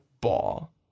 Ball